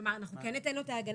כלומר, אנחנו כן ניתן לו את ההגנה.